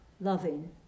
loving